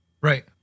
Right